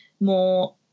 more